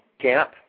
camp